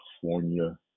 california